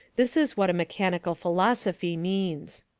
this is what a mechanical philosophy means.